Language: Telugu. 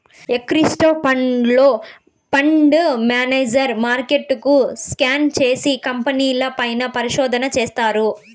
యాక్టివ్ ఫండ్లో, ఫండ్ మేనేజర్ మార్కెట్ను స్కాన్ చేసి, కంపెనీల పైన పరిశోధన చేస్తారు